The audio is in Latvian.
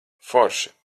forši